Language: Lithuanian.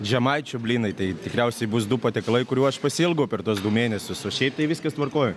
žemaičių blynai tai tikriausiai bus du patiekalai kurių aš pasiilgau per tuos du mėnesius o šiaip tai viskas tvarkoj